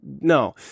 No